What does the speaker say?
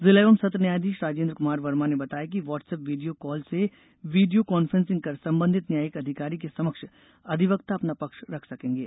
जिला एवं सत्र न्यायाधीश राजेन्द्र कुमार वर्मा ने बताया कि वाट्सऐप वीडियों काल से वीडियों कॉन्फ्रेंसिंग कर संबंधित न्यायिक अधिकारी के समक्ष अधिवक्ता अपना पक्ष रख सकेंगे